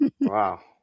wow